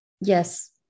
Yes